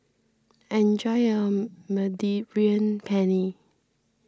enjoy your Mediterranean Penne